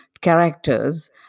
characters